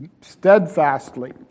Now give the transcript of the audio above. steadfastly